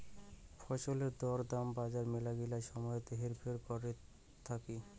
ফছলের দর দাম বজার মেলাগিলা সময়ত হেরফের করত থাকি